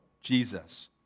Jesus